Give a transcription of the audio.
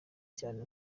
cyane